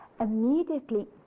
immediately